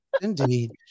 Indeed